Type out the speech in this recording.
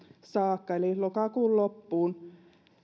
saakka eli lokakuun loppuun